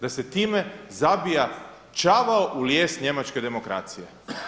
Da se time zabija čavao u lijes njemačke demokracije.